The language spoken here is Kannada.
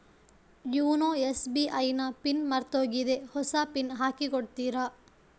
ಯೂನೊ ಎಸ್.ಬಿ.ಐ ನ ಪಿನ್ ಮರ್ತೋಗಿದೆ ಹೊಸ ಪಿನ್ ಹಾಕಿ ಕೊಡ್ತೀರಾ?